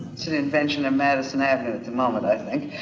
it's an invention of madison avenue at the moment i think,